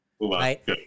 Right